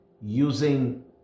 using